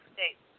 States